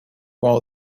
while